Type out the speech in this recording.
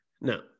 No